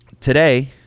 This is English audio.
Today